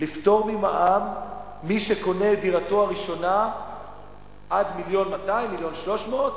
לפטור ממע"מ את מי שקונה את דירתו הראשונה עד 1.2 1.3 מיליון,